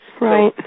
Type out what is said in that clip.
Right